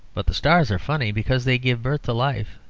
but the stars are funny, because they give birth to life,